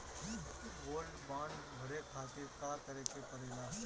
Gold bond भरे खातिर का करेके पड़ेला?